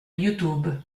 youtube